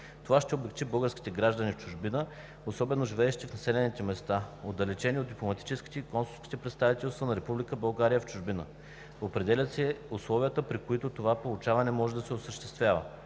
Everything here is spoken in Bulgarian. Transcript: Това ще облекчи българските граждани в чужбина, особено живеещите в населени места, отдалечени от дипломатическите и консулските представителства на Република България в чужбина. Определят се условията, при които това получаване може да бъде осъществено.